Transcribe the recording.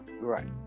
Right